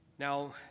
Now